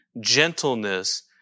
gentleness